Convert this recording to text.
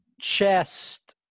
chest